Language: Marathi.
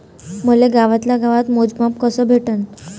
मले गावातल्या गावात मोजमाप कस भेटन?